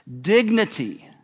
dignity